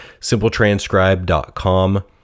simpletranscribe.com